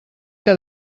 que